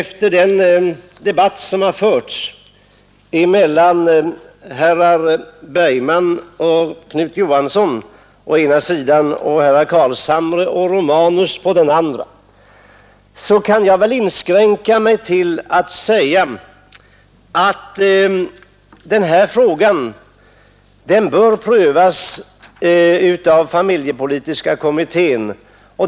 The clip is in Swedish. Efter den debatt som här förts mellan herrar Bergman och Knut Johansson i Stockholm å ena sidan och herrar Carlshamre och Romanus å andra sidan kan jag där inskränka mig till att säga, att denna fråga bör prövas av familjepolitiska kommittén.